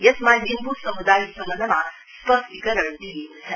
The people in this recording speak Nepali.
यसमा लिम्बु समुदायसम्बन्धमा स्पष्टीकरण दिइएको छ